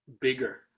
bigger